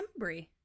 Embry